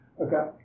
okay